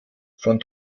von